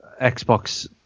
xbox